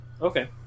Okay